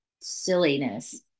silliness